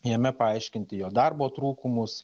jame paaiškinti jo darbo trūkumus